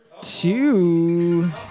two